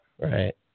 Right